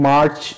March